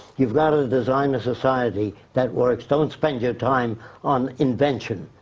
you've gotta design a society that works. don't spend your time on invention.